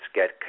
get